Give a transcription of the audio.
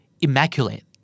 immaculate